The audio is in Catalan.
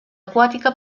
aquàtica